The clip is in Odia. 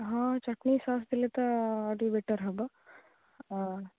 ହଁ ଚଟଣୀ ସସ୍ ଦେଲେ ତ ଟିକିଏ ବେଟର୍ ହବ